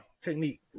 technique